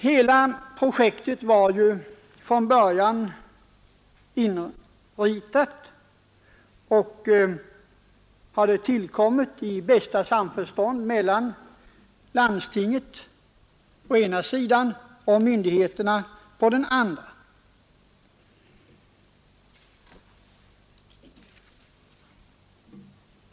Hela projektet var ju fran början inritat och hade tillkommit i bästa samförstånd mellan landstinget och myndigheterna.